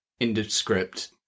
indescript